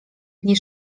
dni